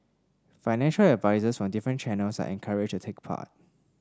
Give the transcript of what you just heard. financial advisers from different channels are encouraged to take part